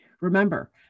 Remember